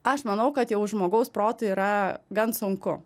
aš manau kad jau žmogaus protui yra gan sunku